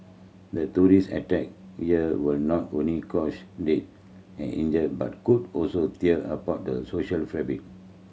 the terrorist attack here will not only cause death and injury but could also tear apart the social fabric